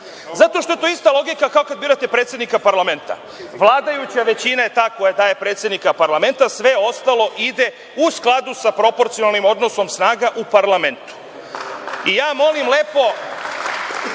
Zato što je to ista logika kao kad birate predsednika parlamenta. Vladajuća većina je ta koja daje predsednika parlamenta, a sve ostalo ide u skladu sa proporcionalnim odnosom snaga u parlamentu. Molim lepo,